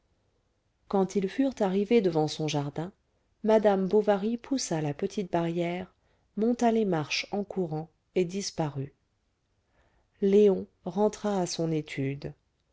quand ils furent arrivés devant son jardin madame bovary poussa la petite barrière monta les marches en courant et disparut léon rentra à son étude